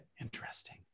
interesting